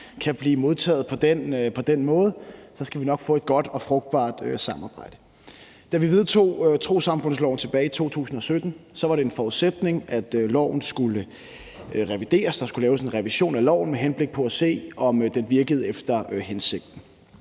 kan blive modtaget på den måde. Så skal vi nok få et godt og frugtbart samarbejde. Da vi vedtog trossamfundsloven tilbage i 2017, var det en forudsætning, at loven skulle revideres. Der skulle laves en revision af loven med henblik på at se, om den virkede efter hensigten.